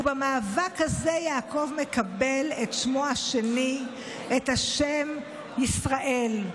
ובמאבק הזה יעקב מקבל את שמו השני, את השם ישראל.